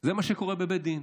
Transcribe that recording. זה מה שקורה בבית דין,